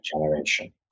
generation